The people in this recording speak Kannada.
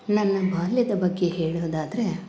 ನನ್ನ ಬಾಲ್ಯದ ಬಗ್ಗೆ ಹೇಳೋದಾದರೆ